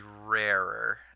rarer